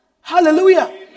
Hallelujah